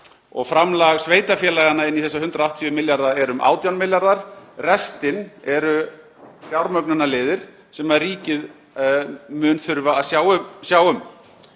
Framlag sveitarfélaganna inn í þessa 180 milljarða er um 18 milljarðar. Restin eru fjármögnunarleiðir sem ríkið mun þurfa að sjá um.